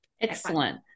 excellent